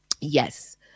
Yes